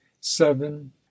seven